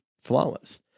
flawless